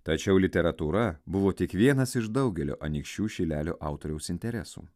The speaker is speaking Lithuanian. tačiau literatūra buvo tik vienas iš daugelio anykščių šilelio autoriaus interesų